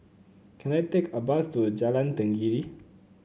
can I take a bus to Jalan Tenggiri